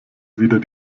wieder